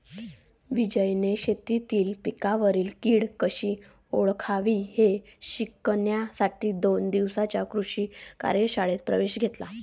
विजयने शेतीतील पिकांवरील कीड कशी ओळखावी हे शिकण्यासाठी दोन दिवसांच्या कृषी कार्यशाळेत प्रवेश घेतला